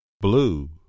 Blue